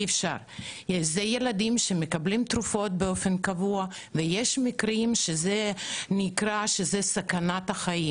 זה ילדים שמקבלים תרופות באופן קבוע ויש מקרים בהם יש סכנת חיים.